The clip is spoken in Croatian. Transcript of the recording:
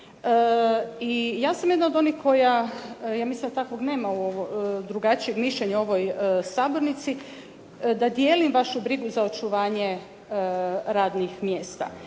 Ja sam jedna od onih i mislim da nema drugačijeg mišljenja u ovoj sabornici, da dijelim vašu brigu za očuvanje radnih mjesta.